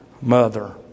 mother